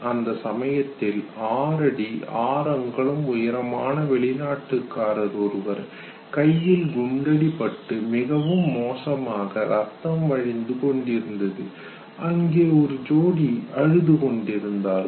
அந்த சமயத்தில் 6 அடி 6 அங்குலம் உயரமான வெளிநாட்டுக்காரர் ஒருவர் கையில் குண்டடிபட்டு மிக மோசமாக ரத்தம் வழிந்து கொண்டிருந்தது அங்கே ஒரு ஜோடி அழுது கொண்டிருந்தார்கள்